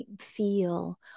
feel